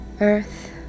Earth